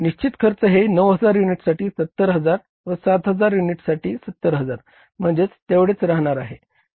निश्चित खर्च हे 9000 साठी 70000 व 7000 साठीही 70000 म्हणजेच तेवढेच राहणार आहे